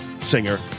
singer